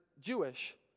Jewish